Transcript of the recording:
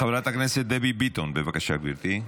חברת הכנסת דבי ביטון, בבקשה, גברתי.